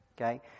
Okay